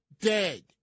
dead